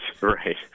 right